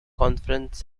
conference